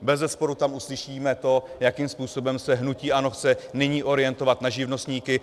Bezesporu tam uslyšíme to, jakým způsobem se hnutí ANO chce nyní orientovat na živnostníky.